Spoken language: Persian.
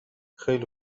خیلی